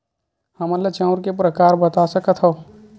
हमन ला चांउर के प्रकार बता सकत हव?